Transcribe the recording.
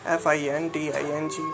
finding